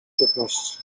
piętnaście